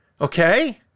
okay